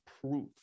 proof